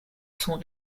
son